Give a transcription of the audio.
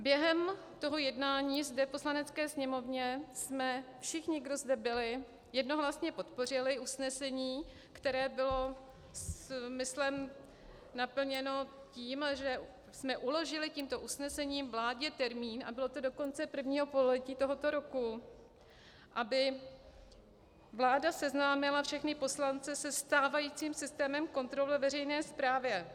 Během jednání zde v Poslanecké sněmovně jsme všichni, kdo zde byli, jednohlasně podpořili usnesení, které bylo smyslem naplněno tím, že jsme uložili tímto usnesením vládě termín, a bylo to do konce prvního pololetí tohoto roku, aby vláda seznámila všechny poslance se stávajícím systémem kontrol ve veřejné správě.